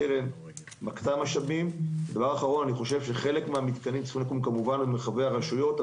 חלק מהמתקנים צריכים לקום במרחבי הרשויות,